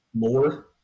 more